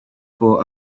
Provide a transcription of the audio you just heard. for